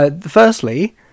firstly